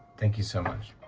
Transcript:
thank you so much.